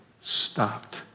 stopped